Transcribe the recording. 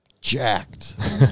jacked